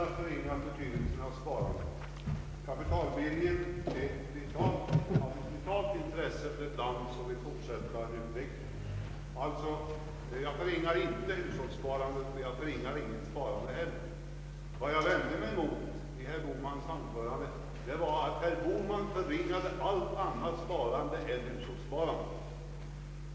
Herr talman! Jag har ingalunda förringat betydelsen av sparandet. Kapitalbildningen är av vitalt intresse för ett land som vill fortsälta sin utveckling. Jag förringar inte heller betydelsen av hushållssparandet eller av något sparande över huvud taget. Vad jag vände mig mot i herr Bohmans anförande var att herr Bohman förringade betydelsen av allt annat sparande än hushållssparandet.